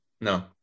No